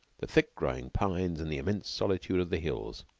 the thick-growing pines and the immense solitude of the hills.